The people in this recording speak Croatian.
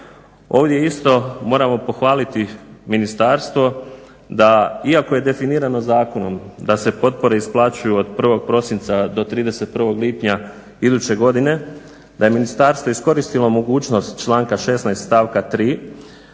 Ovdje isto moramo pohvaliti ministarstvo da iako je definirano zakonom da se potpore isplaćuju od 1. prosinca do 31. lipnja iduće godine, da je ministarstvo iskoristilo mogućnost članka 16. stavka 3.